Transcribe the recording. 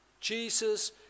Jesus